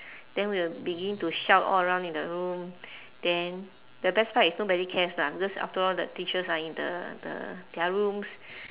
then we will begin to shout all around in the room then the best part is nobody cares lah because after all the teachers are in the the their rooms